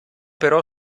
però